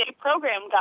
program